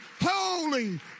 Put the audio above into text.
holy